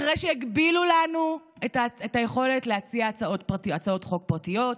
אחרי שהגבילו לנו את היכולת להציע הצעות חוק פרטיות,